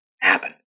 happen